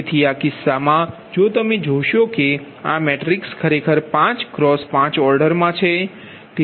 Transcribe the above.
તેથી આ કિસ્સામાં જો તમે જોશો કે આ મેટ્રિક્સ ખરેખર 5 × 5 ઓર્ડરમા છે